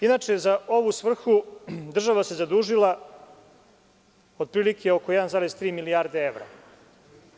Inače, za ovu svrhu, država se zadužila otprilike oko 1,3 milijarde evra.